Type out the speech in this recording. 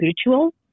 spiritual